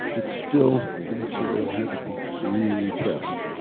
that still the material had to be re-repressed.